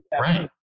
right